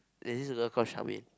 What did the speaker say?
is this girl called Charmaine